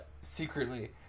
secretly